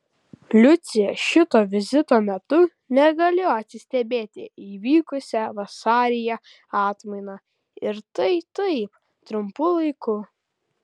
liucė šito vizito metu negalėjo atsistebėti įvykusia vasaryje atmaina ir tai taip trumpu laiku